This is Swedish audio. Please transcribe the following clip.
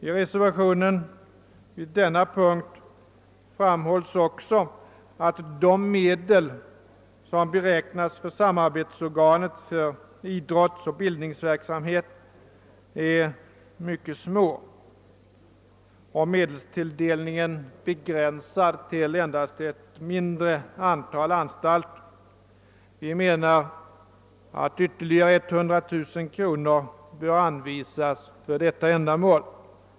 I reservationen vid denna punkt framhålles också att de medel som beräknas för samarbetsorganet för idrottsoch bildningsverksamhet är mycket små och att medelstilldelningen är begränsad till endast ett mindre antal anstalter. Vi menar att ytterligare 100 000 kronor bör anvisas för detta ändamål.